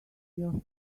your